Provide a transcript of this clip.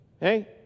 Hey